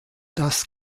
das